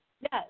Yes